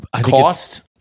Cost